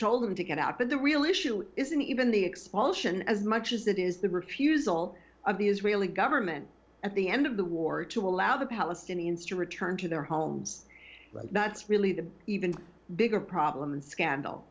told them to get out but the real issue isn't even the expulsion as much as that is the refusal of the israeli government at the end of the war to allow the palestinians to return to their homes but that's really the even bigger problem and scandal